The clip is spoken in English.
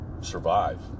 survive